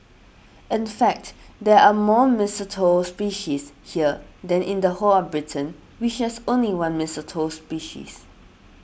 in fact there are more mistletoe species here than in the whole of Britain which has only one mistletoe species